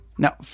Now